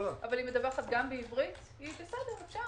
אבל היא מדווחת גם בעברית בסדר.